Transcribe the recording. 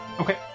Okay